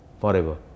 forever